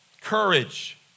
courage